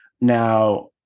Now